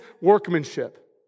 workmanship